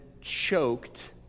choked